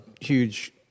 huge